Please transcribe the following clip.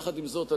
יחד עם זאת,